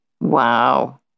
Wow